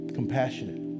compassionate